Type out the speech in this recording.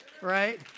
right